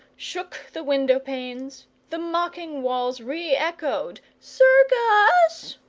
shook the window-panes the mocking walls re-echoed circus!